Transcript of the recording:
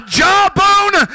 jawbone